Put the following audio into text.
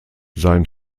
sein